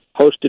hosted